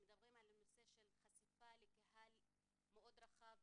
כשמדברים על הנושא של חשיפה לקהל מאוד רחב,